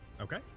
Okay